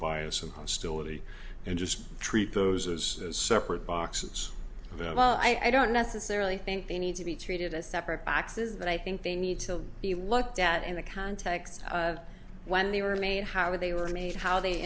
bias and hostility and just treat those as separate boxes that well i don't necessarily think they need to be treated as separate boxes but i think they need to be looked at in the context of when they were made how were they were made how they